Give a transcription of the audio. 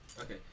okay